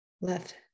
left